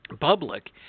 public